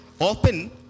open